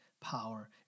power